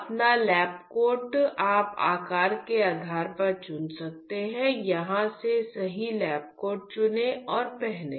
अपना lab coat आप आकार के आधार पर चुन सकते हैं यहां से सही लैब कोट चुनें और पहने